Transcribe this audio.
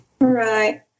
Right